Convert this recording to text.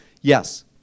Yes